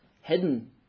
hidden